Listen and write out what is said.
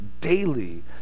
daily